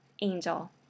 Angel